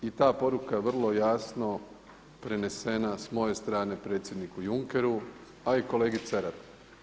I ta poruka vrlo jasno je prenesena s moje strane predsjedniku Junkeru, a i kolegi Ceraru.